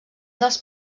dels